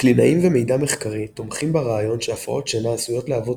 קלינאים ומידע מחקרי תומכים ברעיון שהפרעות שינה עשויות להוות